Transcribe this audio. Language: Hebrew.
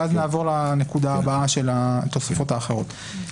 ואז נעבור לנקודה הבאה של התוספות האחרות.